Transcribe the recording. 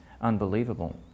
unbelievable